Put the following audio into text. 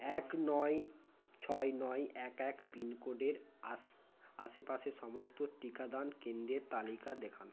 এক নয় ছয় নয় এক এক পিনকোডের আশ আশেপাশের সমস্ত টিকাদান কেন্দ্রের তালিকা দেখান